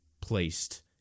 placed